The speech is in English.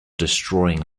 destroying